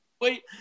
wait